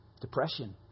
depression